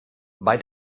bei